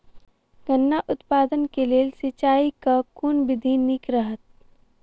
गन्ना उत्पादन केँ लेल सिंचाईक केँ विधि नीक रहत?